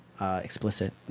Explicit